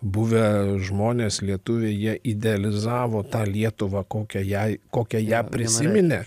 buvę žmonės lietuviai jie idealizavo tą lietuvą kokią jai kokią ją prisiminė